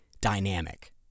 dynamic